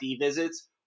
visits